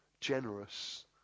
generous